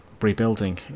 rebuilding